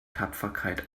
tapferkeit